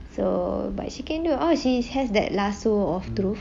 so but she can do oh she has that lasso of truth